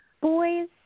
Boys